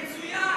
מצוין.